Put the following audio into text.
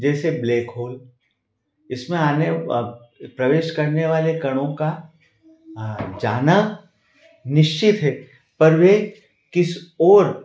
जैसे black hole इसमें आने प्रवेश करने वाले कणों का जाना निश्चित है पर वे किस ओर